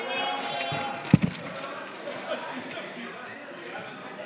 בהחלט מעריך את